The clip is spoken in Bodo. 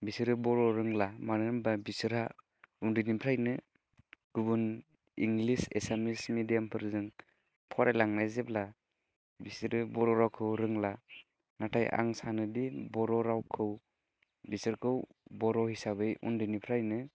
बिसोरो बर' रोंला मानो होनबा बिसोरहा उन्दैनिफ्राइनो गुबुन इंलिज एसामिस मेडियामफोरजों फरायलांनाय जेब्ला बिसोर बर' रावखौ रोंला नाथाय आं सानोदि बर' रावखौ बिसोरखौ बर' हिसाबै उन्दैनिफ्राइनो